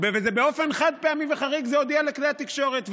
וזה באופן חד-פעמי וחריג, זה, הודיע לכלי התקשורת.